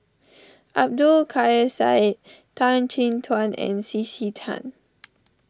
Abdul Kadir Syed Tan Chin Tuan and C C Tan